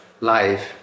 life